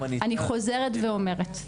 אני חוזרת ואומרת,